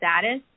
status